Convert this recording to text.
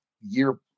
year